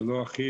זה לא אחיד.